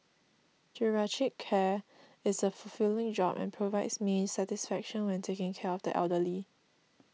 geriatric care is a fulfilling job and provides me satisfaction when taking care of the elderly